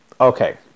okay